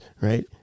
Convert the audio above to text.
right